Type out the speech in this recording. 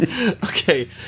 Okay